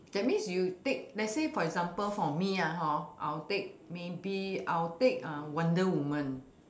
that means you take let's say for example for me ah hor I will take maybe I'll take uh wonder woman